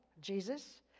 Jesus